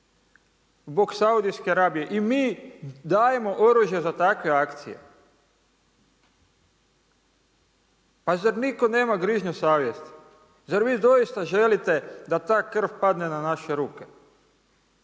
zbog Saudijske Arabije i mi dajemo oružje za takve akcije. Pa zar nitko nema grižnju savjesti? Zar vi doista želite da ta krv padne na naše ruke?